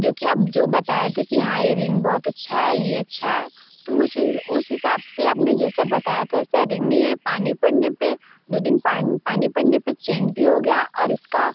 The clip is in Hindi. जो कि आप जो बताए थे कि हाँ ये रिंग बहुत अच्छा है ये अच्छा है तो मुझसे उस हिसाब से आपने जैसा बताया था वैसा रिंग नहीं है पानी पड़ने पे दो दिन पान पानी पड़ने पे चेंज हो गया और इसका